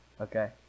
Okay